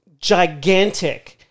gigantic